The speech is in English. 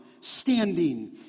standing